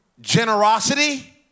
generosity